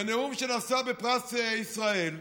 בנאום בפרס ישראל,